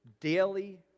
daily